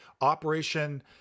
Operation